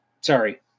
sorry